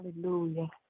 Hallelujah